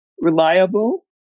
reliable